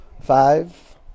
Five